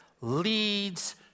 leads